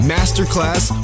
Masterclass